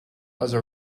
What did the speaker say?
other